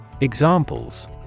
Examples